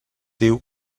diu